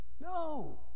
no